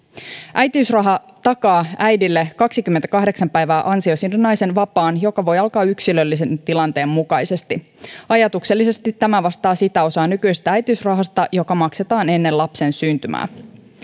äitiysraha takaa äidille kahdenkymmenenkahdeksan päivän ansiosidonnaisen vapaan joka voi alkaa yksilöllisen tilanteen mukaisesti ajatuksellisesti tämä vastaa sitä osaa nykyisestä äitiysrahasta joka maksetaan ennen lapsen syntymää